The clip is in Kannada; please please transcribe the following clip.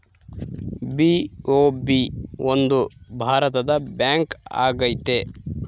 ಬಿ.ಒ.ಬಿ ಒಂದು ಭಾರತದ ಬ್ಯಾಂಕ್ ಆಗೈತೆ